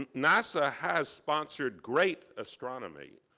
um nasa has sponsored great astronomy.